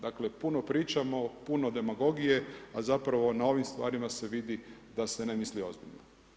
Dakle, puno pričamo, puno demagogije, a zapravo na ovim stvarima se vidi da se ne misli ozbiljno.